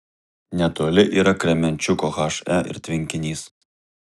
netoli yra kremenčuko he ir tvenkinys